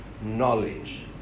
knowledge